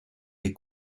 les